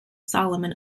solomon